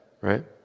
right